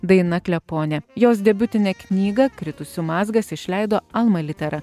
daina kleponė jos debiutinė knyga kritusių mazgas išleido alma litera